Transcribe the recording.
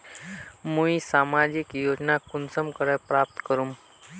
मुई सामाजिक योजना कुंसम करे प्राप्त करूम?